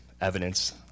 evidence